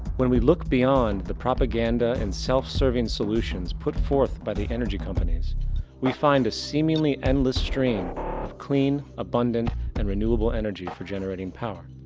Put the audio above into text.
when we look beyond the propaganda and self-serving solutions put forth by the energy companies we find a seemingly endless stream of clean abundant and renewable energy for generating power.